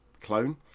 clone